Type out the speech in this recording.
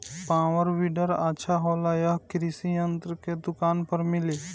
Power weeder अच्छा होला यह कृषि यंत्र के दुकान पर मिली?